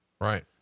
Right